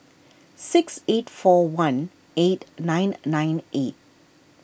six eight four one eight nine nine eight